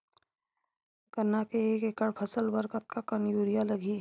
गन्ना के एक एकड़ फसल बर कतका कन यूरिया लगही?